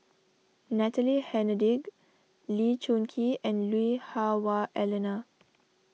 Natalie Hennedige Lee Choon Kee and Lui Hah Wah Elena